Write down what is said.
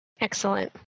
Excellent